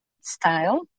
style